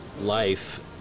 life